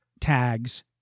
tags